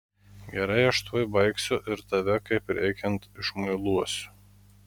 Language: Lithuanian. gerai aš tuoj baigsiu ir tave kaip reikiant išmuiluosiu